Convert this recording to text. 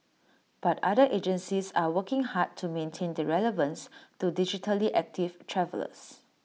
but other agencies are working hard to maintain their relevance to digitally active travellers